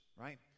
right